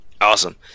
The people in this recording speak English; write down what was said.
Awesome